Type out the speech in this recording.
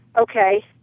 Okay